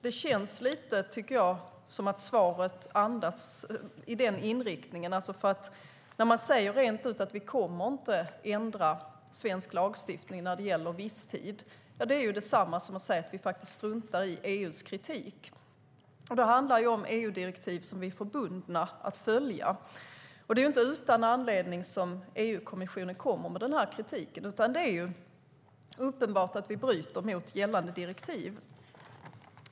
Det känns lite grann som att svaret går i den riktningen. När man rent ut säger att man inte kommer att ändra svensk lagstiftning när det gäller visstidsanställningar är det detsamma som att säga att man struntar i kommissionens kritik. Det handlar om EU-direktiv som vi förbundit oss att följa, och det är inte utan anledning som kommissionen kommer med kritiken. Det är uppenbart att vi bryter mot gällande direktiv.